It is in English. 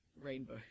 Rainbow